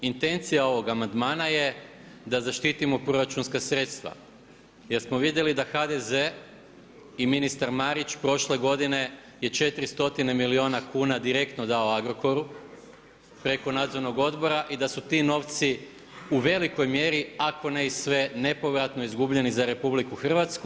Intencija ovog amandmana je da zaštitimo proračunska sredstva jer smo vidjeli da HDZ i ministar Marić je prošle godine 400 milijuna kuna direktno dao Agrokoru preko Nadzornog odbora i da su ti novci u velikoj mjeri, ako ne i sve nepovratno izgubljeni za RH.